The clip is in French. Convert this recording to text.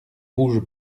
rouges